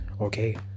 Okay